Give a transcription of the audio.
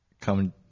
come